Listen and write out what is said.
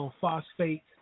phosphate